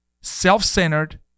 self-centered